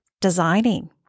designing